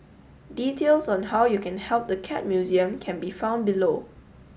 details on how you can help the Cat Museum can be found below